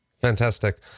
Fantastic